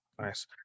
nice